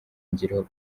ngiro